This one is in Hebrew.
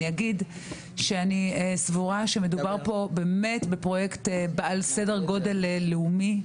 אגיד שאני סבורה שמדובר פה בפרויקט בעל סדר גודל לאומי,